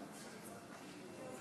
ואין